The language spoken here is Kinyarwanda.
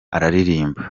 araririmba